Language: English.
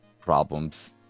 problems